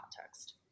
context